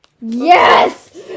Yes